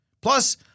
Plus